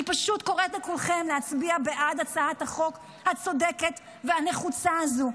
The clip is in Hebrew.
אני פשוט קוראת לכולכם להצביע בעד הצעת החוק הצודקת והנחוצה הזו.